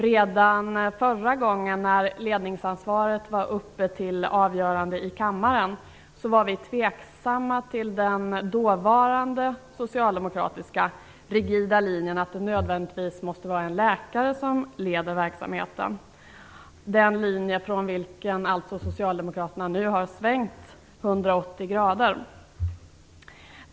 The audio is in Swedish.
Redan förra gången när ledningsansvaret var uppe till avgörande i kammaren var vi tveksamma till den dåvarande socialdemokratiska rigida linjen att det nödvändigtvis måste vara en läkare som leder verksamheten. Det är alltså den linjen som socialdemokraterna nu har svängt 180 grader från.